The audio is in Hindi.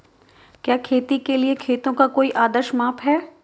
क्या खेती के लिए खेतों का कोई आदर्श माप है?